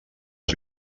els